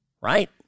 right